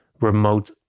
remote